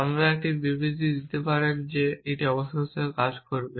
আপনি একটি বিবৃতি দিতে পারেন যে এটি অবশেষে কাজ করবে